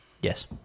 yes